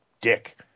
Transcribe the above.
dick